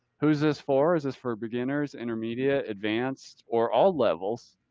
who's this for? is this for beginners, intermediate, advanced, or all levels.